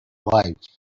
life